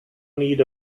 need